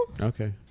okay